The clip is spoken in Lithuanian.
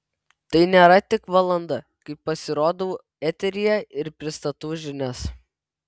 tai nėra tik valanda kai pasirodau eteryje ir pristatau žinias